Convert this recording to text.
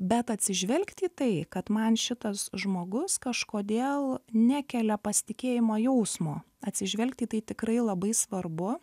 bet atsižvelgti į tai kad man šitas žmogus kažkodėl nekelia pasitikėjimo jausmo atsižvelgti į tai tikrai labai svarbu